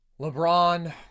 LeBron